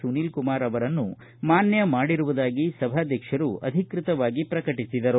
ಸುನೀಲ್ಕುಮಾರ್ ಅವರನ್ನು ಮಾನ್ಯ ಮಾಡಿರುವುದಾಗಿ ಸಭಾಧ್ಯಕ್ಷರು ಅಧಿಕೃತವಾಗಿ ಪ್ರಕಟಿಸಿದರು